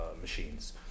machines